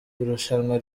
irushanwa